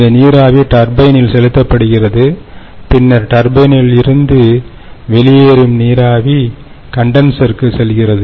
இந்த நீராவி டர்பைணில் செலுத்தப்படுகிறது பின்னர் டர்பைணில் இருந்து வெளியேறும் நீராவி கண்டன்சர் செல்கிறது